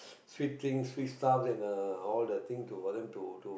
sweet drinks sweet stuff then uh all the things we wanted to to